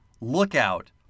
lookout